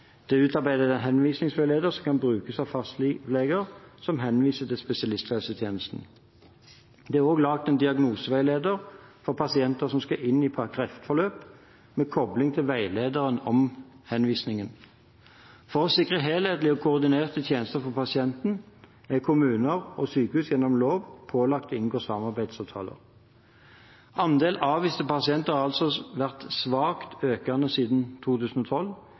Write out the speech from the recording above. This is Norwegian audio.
utarbeidet en henvisningsveileder som kan brukes av fastleger som henviser til spesialisthelsetjenesten. Det er også laget en diagnoseveileder for pasienter som skal inn i kreftpakkeforløp – med koblinger til veilederen om henvisninger. For å sikre helhetlige og koordinerte tjenester for pasientene er kommuner og sykehus gjennom lov pålagt å inngå samarbeidsavtaler. Andelen avviste pasienter har altså vært svakt økende siden 2012,